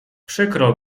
przykro